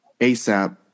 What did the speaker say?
asap